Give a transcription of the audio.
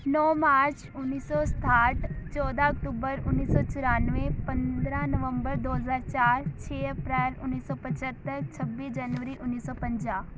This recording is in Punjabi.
ਨੌ ਮਾਰਚ ਉੱਨੀ ਸੌ ਸਤਾਹਠ ਚੌਦਾਂ ਅਕਤੂਬਰ ਉੱਨੀ ਸੌ ਚਰੱਨਵੇ ਪੰਦਰਾਂ ਨਵੰਬਰ ਦੋ ਹਜ਼ਾਰ ਚਾਰ ਛੇ ਅਪ੍ਰੈਲ ਉੱਨੀ ਸੌ ਪਚੱਤਰ ਛੱਬੀ ਜਨਵਰੀ ਉੱਨੀ ਸੌ ਪੰਜਾਹ